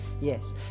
Yes